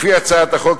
לפי הצעת החוק,